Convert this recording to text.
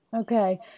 Okay